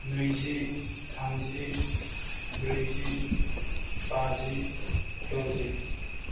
नैजि थामजि ब्रैजि बाजि द'जि